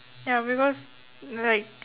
ya because like